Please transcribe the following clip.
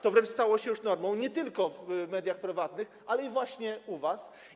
To wręcz stało się już normą nie tylko w mediach prywatnych, ale i właśnie u was.